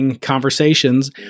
conversations